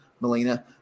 Melina